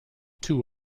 two